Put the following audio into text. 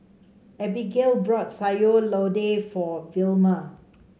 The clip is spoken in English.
Abigayle brought Sayur Lodeh for Vilma